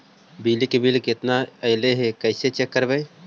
बिजली के बिल केतना ऐले हे इ कैसे चेक करबइ?